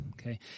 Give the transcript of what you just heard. okay